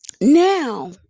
now